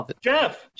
Jeff